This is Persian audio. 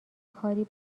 کاری